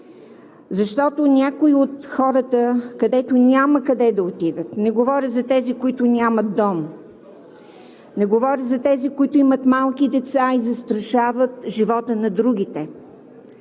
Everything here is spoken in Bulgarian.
защото някои от хората, които няма къде да отидат – не говоря за тези, които нямат дом, не говоря за тези, които имат малки деца и застрашават живота на другите,